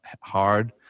hard